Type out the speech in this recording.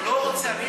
לא רוצה.